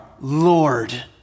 Lord